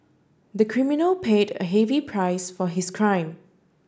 the criminal paid a heavy price for his crime